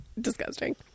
disgusting